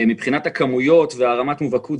מבחינת הכמויות ורמת המובהקות,